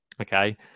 okay